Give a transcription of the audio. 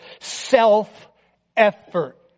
self-effort